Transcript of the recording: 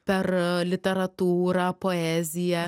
per literatūrą poeziją